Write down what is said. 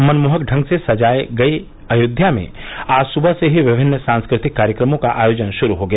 मनमोहक ढंग से सजाए गयी अयोध्या में आज सुबह से ही विभिन्न सांस्कृतिक कार्यक्रमों का आयोजन शुरू हो गया